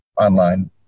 online